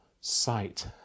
sight